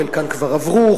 חלקן כבר עברו,